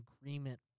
agreement